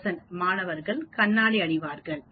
30 மாணவர்கள் கண்ணாடி அணிவார்கள்